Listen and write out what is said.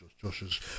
Josh's